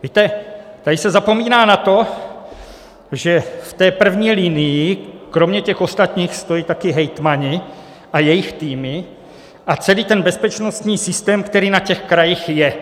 Víte, tady se zapomíná na to, že v té první linii kromě těch ostatních stojí také hejtmani a jejich týmy a celý ten bezpečnostní systém, který na krajích je.